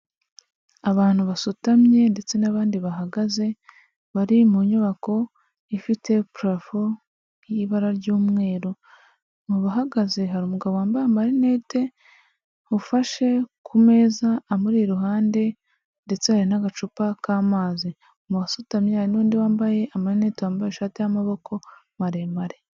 Abantu basutamye ndetse n'abandi bahagaze, bari mu nyubako ifite purafo y'ibara ry'umweru, mu bahagaze hari umugabo wambaye amarinete ufashe ku meza amuri iruhande ndetse hari n'agacupa k'amazi, mu basutamye hari n'undi wambaye amarinete wambaye ishati y'amaboko maremare.